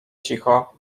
cicho